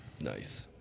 Nice